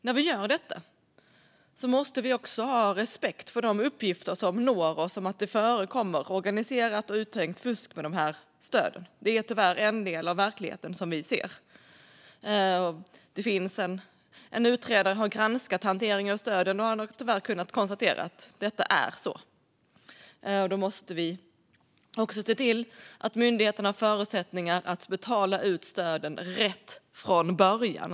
När vi gör detta måste vi också ha respekt för de uppgifter som når oss om att det förekommer organiserat och uttänkt fusk med dessa stöd. Det är tyvärr en del av verkligheten som vi ser. En utredare har granskat hanteringen av stöden, och han har tyvärr kunnat konstatera att det förhåller sig så. Då måste vi också se till att myndigheterna har förutsättningar att betala ut stöden rätt från början.